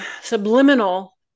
subliminal